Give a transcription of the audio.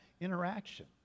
interaction